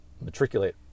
matriculate